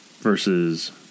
versus